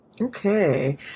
Okay